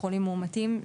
לחולים מאומתים.